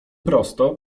prosto